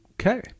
Okay